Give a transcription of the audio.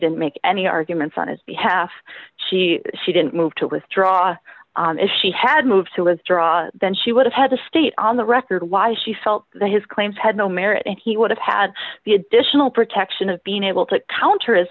didn't make any arguments on his behalf she she didn't move to withdraw as she had moved to withdraw then she would have had to stay on the record why she felt that his claims had no merit and he would have had the additional protection of being able to counter his